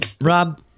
Rob